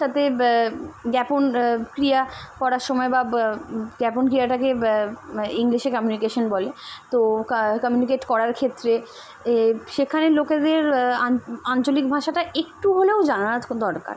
সাথে জ্ঞাপন ক্রিয়া করার সময় বা জ্ঞাপন ক্রিয়াটাকে ইংলিশে কামিউনিকেশান বলে তো কামিউনিকেট করার ক্ষেত্রে সেখানের লোকেদের আঞ্চলিক ভাষাটা একটু হলেও জানা দরকার